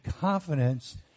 confidence